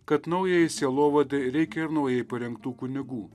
kad naujajai sielovadai reikia ir naujai parengtų kunigų